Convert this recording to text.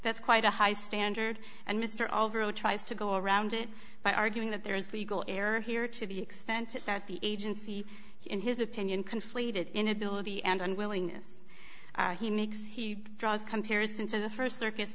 that's quite a high standard and mr overall tries to go around it by arguing that there is legal error here to the extent that the agency in his opinion conflated inability and unwillingness he makes he draws comparisons to the st circus